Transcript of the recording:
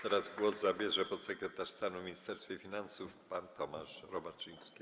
Teraz głos zabierze podsekretarz stanu w Ministerstwie Finansów pan Tomasz Robaczyński.